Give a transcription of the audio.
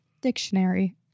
Dictionary